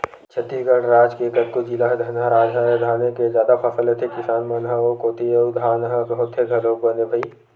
छत्तीसगढ़ राज के कतको जिला ह धनहा राज हरय धाने के जादा फसल लेथे किसान मन ह ओ कोती अउ धान ह होथे घलोक बने भई